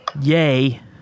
Yay